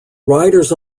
riders